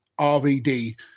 RVD